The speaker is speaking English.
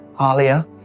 Alia